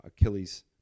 Achilles